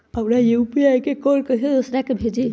अपना यू.पी.आई के कोड कईसे दूसरा के भेजी?